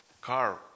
car